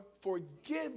forgive